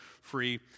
free